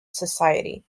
society